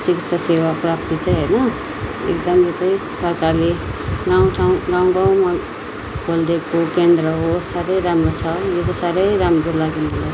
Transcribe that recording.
चिकित्सा सेवा प्राप्ति चाहिँ होइन एकदम यो चाहिँ सरकारले गाउँ ठाउँ गाउँ गाउँमा खोलिदएको केन्द्र हो साह्रै राम्रो छ यो चाहिँ साह्रै राम्रो लाग्यो मलाई